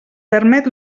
permet